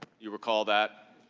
you recall that?